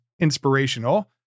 inspirational